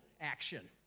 action